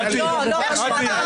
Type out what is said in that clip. אני אנמק את זה בבקשה.